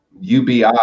UBI